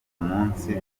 munsi